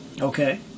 Okay